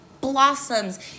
blossoms